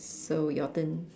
so your turn